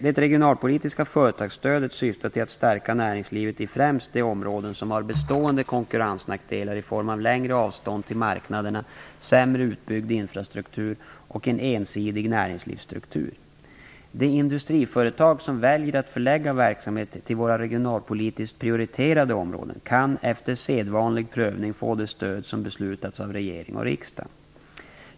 Det regionalpolitiska företagsstödet syftar till att stärka näringslivet i främst de områden som har bestående konkurrensnackdelar i form av längre avstånd till marknaderna, sämre utbyggd infrastruktur och en ensidig näringslivsstruktur. De industriföretag som väljer att förlägga verksamheter till våra regionalpolitiskt prioriterade områden kan efter sedvanlig prövning få det stöd som beslutats av regering och riksdag.